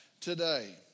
today